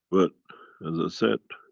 but as i said